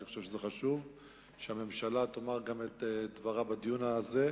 אני חושב שזה חשוב שהממשלה תאמר גם את דברה בדיון הזה.